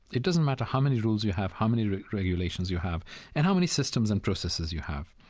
it doesn't matter how many rules you have, how many like regulations you have and how many systems and processes you have.